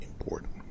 important